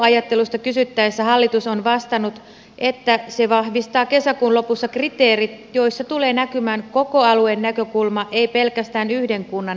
seutuajattelusta kysyttäessä hallitus on vastannut että se vahvistaa kesäkuun lopussa kriteerit joissa tulee näkymään koko alueen näkökulma ei pelkästään yhden kunnan näkökulma